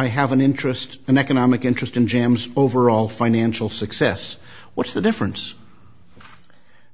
i have an interest an economic interest in jams overall financial success what's the difference